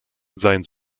sein